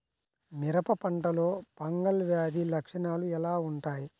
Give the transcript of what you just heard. మిరప పంటలో ఫంగల్ వ్యాధి లక్షణాలు ఎలా వుంటాయి?